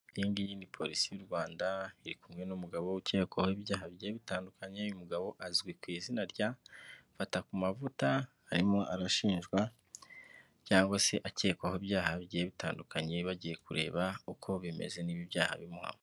Iyi ngiyi ni Polisi y'u Rwanda iri kumwe n'umugabo ukekwaho ibyaha bye bitandukanye, uyu mugabo azwi ku izina rya Fatakumavuta, arimo arashinjwa cyangwa se akekwaho ibyaha bigiye bitandukanye, bagiye kureba uko bimeze niba ibi byaha bimuhama.